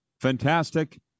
fantastic